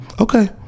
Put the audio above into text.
Okay